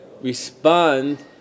respond